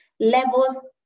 levels